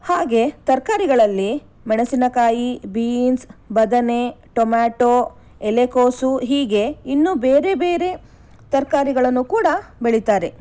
ಹಾಗೇ ತರಕಾರಿಗಳಲ್ಲಿ ಮೆಣಸಿನಕಾಯಿ ಬೀನ್ಸ್ ಬದನೆ ಟೊಮ್ಯಾಟೋ ಎಲೆಕೋಸು ಹೀಗೆ ಇನ್ನೂ ಬೇರೆ ಬೇರೆ ತರಕಾರಿಗಳನ್ನು ಕೂಡ ಬೆಳೀತಾರೆ